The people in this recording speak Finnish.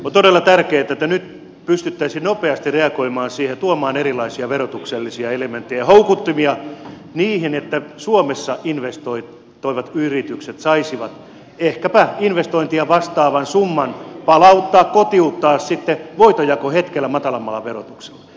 on todella tärkeätä että nyt pystyttäisiin nopeasti reagoimaan siihen ja tuomaan erilaisia verotuksellisia elementtejä ja houkuttimia niin että suomessa investoivat yritykset saisivat ehkäpä investointia vastaavan summan palauttaa kotiuttaa sitten voitonjakohetkellä matalammalla verotuksella